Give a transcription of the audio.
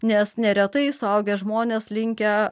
nes neretai suaugę žmonės linkę